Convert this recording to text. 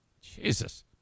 Jesus